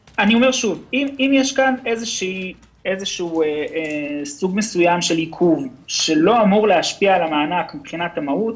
אם יש כאן סוג של עדכון שלא אמור להשפיע על המענק מבחינת המהות,